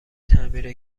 تعمیر